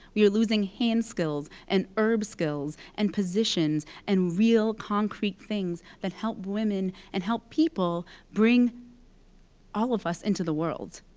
we are losing hand skills and herb skills and positions and real, concrete things that help women and help people bring all of us into the world.